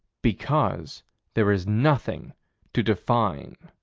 because there is nothing to define.